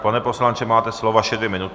Pane poslanče, máte slovo, vaše dvě minuty.